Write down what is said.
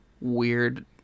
weird